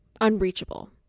unreachable